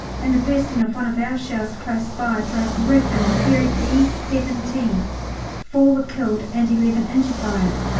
and the bursting of one of our shells close by drove the roof in and buried these seventeen four were killed and eleven injured by it,